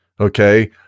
okay